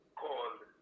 called